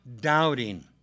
doubting